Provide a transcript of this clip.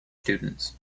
students